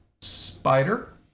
spider